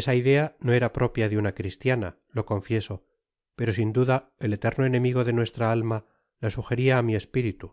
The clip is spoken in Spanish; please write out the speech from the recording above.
esa idea no era propia de una cristiana lo confieso pero sin duda el eterno enemigo de nuestra alma la sugeria á mi espiritu